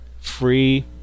free